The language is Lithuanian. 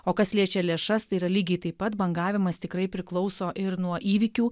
o kas liečia lėšas tai yra lygiai taip pat bangavimas tikrai priklauso ir nuo įvykių